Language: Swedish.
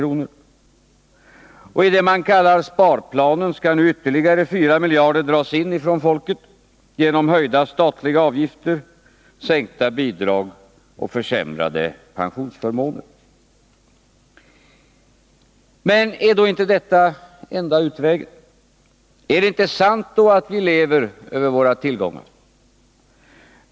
Och i det man kallar sparplanen skall nu ytterligare 4 miljarder dras in från folket genom höjda statliga avgifter, sänkta bidrag och försämrade pensionsförmåner. Men är då inte detta enda utvägen? Är det inte sant att vi lever över våra tillgångar?